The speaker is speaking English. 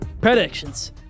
predictions